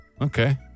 Okay